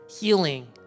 healing